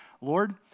Lord